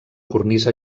cornisa